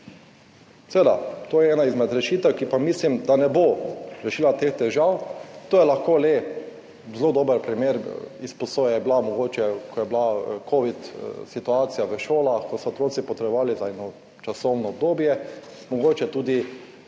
to je ena izmed rešitev, ki pa mislim, da ne bo rešila teh težav. To je lahko le zelo dober primer izposoje. Takšna izposoja je bila, ko je bila kovidna situacija v šolah, ko so otroci potrebovali za eno časovno obdobje, mogoče tudi